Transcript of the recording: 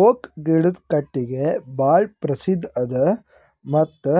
oak ಗಿಡದು ಕಟ್ಟಿಗಿ ಭಾಳ್ ಪ್ರಸಿದ್ಧ ಅದ ಮತ್ತ್